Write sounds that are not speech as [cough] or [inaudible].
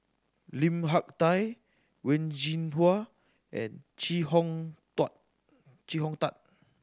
Lim Hak Tai Wen Jinhua and Chee Hong [unintelligible] Chee Hong Tat